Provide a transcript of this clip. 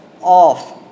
off